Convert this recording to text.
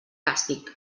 càstig